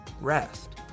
rest